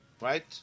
right